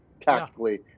tactically